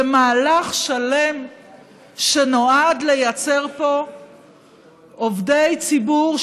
זה מהלך שלם שנועד לייצר פה עובדי ציבור,